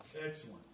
Excellent